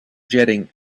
jetting